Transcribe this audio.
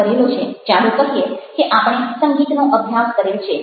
ચાલો કહીએ કે આપણે સંગીતનો અભ્યાસ કરેલ છે